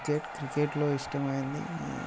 cricket క్రికెట్లో ఇష్టమైనది